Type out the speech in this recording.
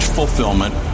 fulfillment